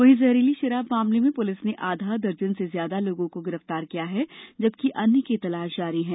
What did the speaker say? वहीं जहरीली शराब मामले में पुलिस ने आधा दर्जन से ज्यादा लोगों को गिरफ्तार किया है जबकि अन्य की तलाश की जारी है